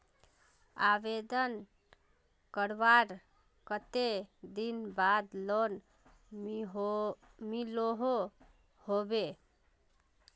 आवेदन करवार कते दिन बाद लोन मिलोहो होबे?